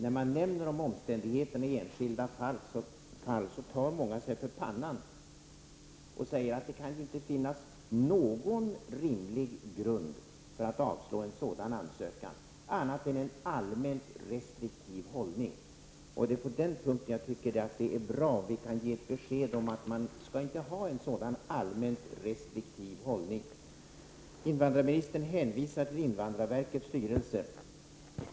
När man nämner om omständigheterna i enskilda fall tar många sig för pannan och säger att det inte kan finnas någon rimlig grund för att avslå en sådan ansökan, annat än en allmänt restriktiv hållning. Därför är det bra om vi kan ge besked om att man inte skall ha en sådan allmänt restriktiv hållning. Invandrarministern hänvisar till invandrarverkets styrelse.